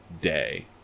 day